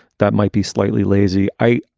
that might be slightly lazy eye.